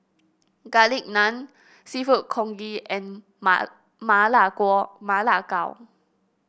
Garlic Naan seafood congee and ma lai Ma Lai Gao